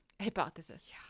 Hypothesis